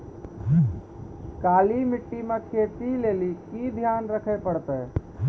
काली मिट्टी मे खेती लेली की ध्यान रखे परतै?